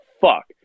fuck